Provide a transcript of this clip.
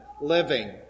living